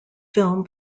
film